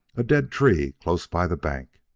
a dead tree close by the bank.